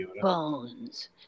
bones